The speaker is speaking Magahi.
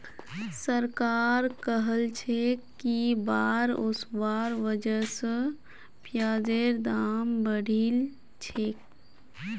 सरकार कहलछेक कि बाढ़ ओसवार वजह स प्याजेर दाम बढ़िलछेक